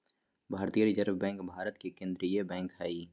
भारतीय reserve bank Bharat के केन्द्रीय बैंक हइ